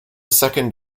second